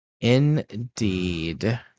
Indeed